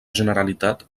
generalitat